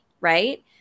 right